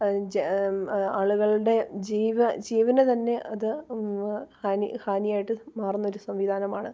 അത് ആളുകളുടെ ജീവന് തന്നെ അത് ഉവ്വ് ഹാനിയായിട്ട് മാറുന്ന ഒരു സംവിധാനമാണ്